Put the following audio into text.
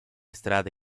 strade